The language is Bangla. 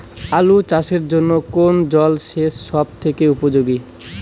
আলু চাষের জন্য কোন জল সেচ সব থেকে উপযোগী?